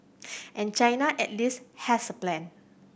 and China at least has a plan